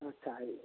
अच्छा है